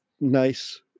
nice